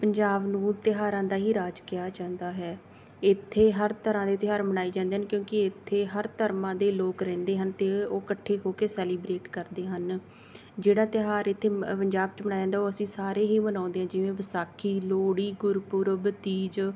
ਪੰਜਾਬ ਨੂੰ ਤਿਉਹਾਰਾਂ ਦਾ ਹੀ ਰਾਜ ਕਿਹਾ ਜਾਂਦਾ ਹੈ ਇੱਥੇ ਹਰ ਤਰ੍ਹਾਂ ਦੇ ਤਿਉਹਾਰ ਮਨਾਏ ਜਾਂਦੇ ਹਨ ਕਿਉਂਕਿ ਇੱਥੇ ਹਰ ਧਰਮਾਂ ਦੇ ਲੋਕ ਰਹਿੰਦੇ ਹਨ ਅਤੇ ਉਹ ਇਕੱਠੇ ਹੋ ਕੇ ਸੈਲੀਬਰੇਟ ਕਰਦੇ ਹਨ ਜਿਹੜਾ ਤਿਉਹਾਰ ਇੱਥੇ ਮ ਪੰਜਾਬ 'ਚ ਮਨਾਇਆ ਜਾਂਦਾ ਉਹ ਅਸੀਂ ਸਾਰੇ ਹੀ ਮਨਾਉਂਦੇ ਹਾਂ ਜਿਵੇਂ ਵਿਸਾਖੀ ਲੋਹੜੀ ਗੁਰਪੁਰਬ ਤੀਜ